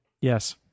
Yes